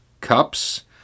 cups